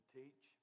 teach